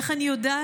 איך אני יודעת?